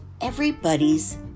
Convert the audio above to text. Everybody's